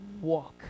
walk